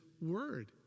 word